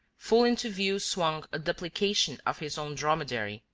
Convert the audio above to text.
full into view swung a duplication of his own dromedary,